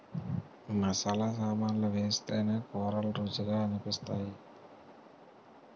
మసాలా సామాన్లు వేస్తేనే కూరలు రుచిగా అనిపిస్తాయి